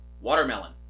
Watermelon